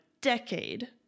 decade